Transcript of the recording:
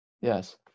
Yes